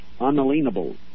unalienable